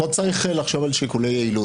פה צריך לחשוב על שיקולי יעילות.